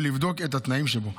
ולבדוק את התנאים שבו,